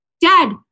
dad